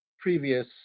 previous